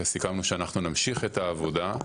אז סיכמנו שאנחנו נמשיך את העבודה.